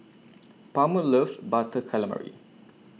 Palmer loves Butter Calamari